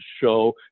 show